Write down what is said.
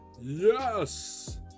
Yes